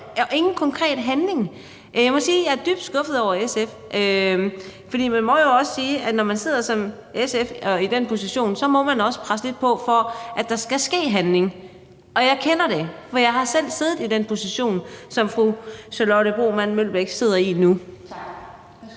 er ingen konkret handling. Jeg må sige, at jeg er dybt skuffet over SF. Man må jo også sige, at når man sidder som SF i den position, må man også presse lidt på for, at der skal ske handling. Og jeg kender det, for jeg har selv siddet i den position, som fru Charlotte Broman Mølbæk sidder i nu.